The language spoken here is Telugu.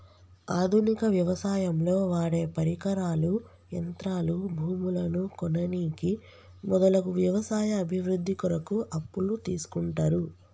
ఆధునిక వ్యవసాయంలో వాడేపరికరాలు, యంత్రాలు, భూములను కొననీకి మొదలగు వ్యవసాయ అభివృద్ధి కొరకు అప్పులు తీస్కుంటరు